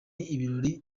ibirori